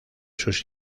sus